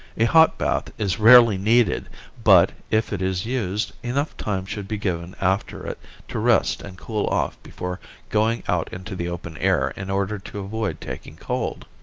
a hot bath is rarely needed but, if it is used, enough time should be given after it to rest and cool off before going out into the open air in order to avoid taking cold.